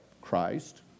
Christ